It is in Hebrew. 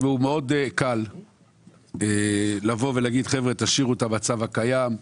מאוד קל לבוא ולהגיד תשאירו את המצב הקיים,